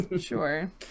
sure